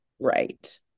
right